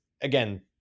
again